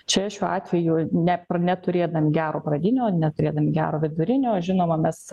čia šiuo atveju ne neturėdami gero pradinio neturėdami gero vidurinio žinoma mes